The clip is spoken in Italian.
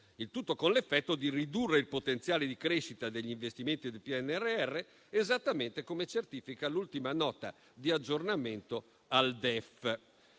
Il tutto, con l'effetto di ridurre il potenziale di crescita degli investimenti del PNRR, esattamente come certifica l'ultima Nota di aggiornamento al